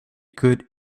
good